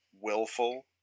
willful